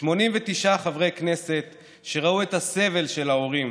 89 חברי כנסת שראו את הסבל של ההורים,